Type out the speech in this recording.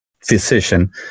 physician